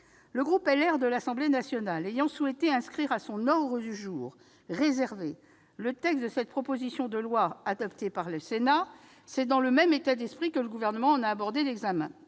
Le groupe LR de l'Assemblée nationale ayant décidé d'inscrire à son ordre du jour réservé la discussion de cette proposition de loi adoptée par le Sénat, c'est dans le même état d'esprit que le Gouvernement en a abordé l'examen.